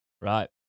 Right